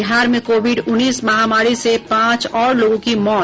बिहार में कोविड उन्नीस महामारी से पांच और लोगों की मौत